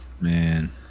Man